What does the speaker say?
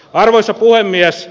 arvoisa puhemies